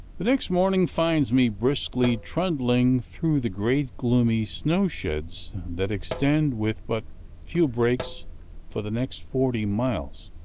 the next morning finds me briskly trundling through the great, gloomy snow-sheds that extend with but few breaks for the next forty miles.